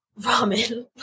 ramen